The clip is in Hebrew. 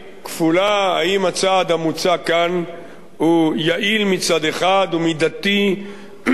האם הצעד המוצע כאן הוא יעיל מצד אחד ומידתי מצד שני.